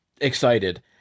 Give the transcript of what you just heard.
excited